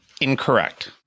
Incorrect